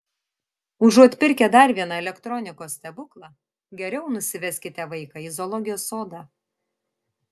užuot pirkę dar vieną elektronikos stebuklą geriau nusiveskite vaiką į zoologijos sodą